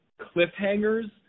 cliffhangers